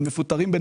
גם